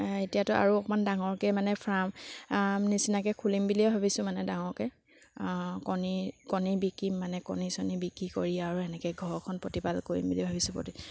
এতিয়াতো আৰু অকণমান ডাঙৰকৈ মানে ফাৰ্ম নিচিনাকৈ খুলিম বুলিয়ে ভাবিছোঁ মানে ডাঙৰকৈ কণী কণী বিকিম মানে কণী চণী বিক্ৰী কৰি আৰু সেনেকৈ ঘৰখন প্ৰতিপাল কৰিম বুলি ভাবিছোঁ প্ৰতি